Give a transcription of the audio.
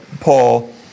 Paul